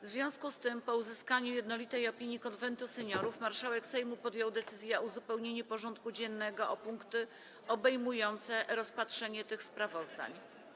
W związku z tym, po uzyskaniu jednolitej opinii Konwentu Seniorów, marszałek Sejmu podjął decyzję o uzupełnieniu porządku dziennego o punkty obejmujące rozpatrzenie tych sprawozdań.